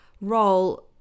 role